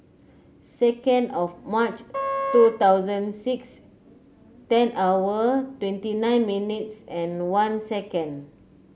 second of March two thousand six ten hour twenty nine minutes and one second